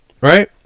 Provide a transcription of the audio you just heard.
right